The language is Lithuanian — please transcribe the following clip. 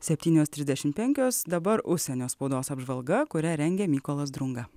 septynios trisdešimt penkios dabar užsienio spaudos apžvalga kurią rengė mykolas drunga